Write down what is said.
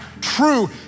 true